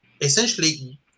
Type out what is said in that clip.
essentially